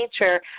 nature